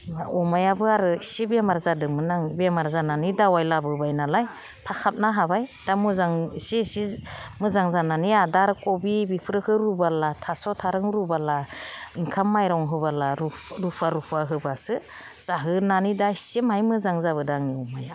अमायाबो आरो इसे बेमार जादोंमोन आं बेमार जानानै दावाय लाबोबाय नालाय फाखाबनो हाबाय दा मोजां इसे इसे मोजां जानानै आदार कबि बेफोरखो रुबोला थास' थारुन रुबोला ओंखाम माइरं होबोला रुफा रुफा होबासो जाहोनानै दा इसे बाहाय मोजां जाबोदों आंनि अमाया